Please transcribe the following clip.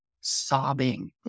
sobbing